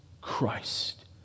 Christ